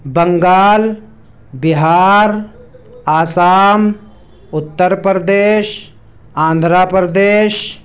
Bengal Bihar Assam Uttar Pradesh Andhra Pradesh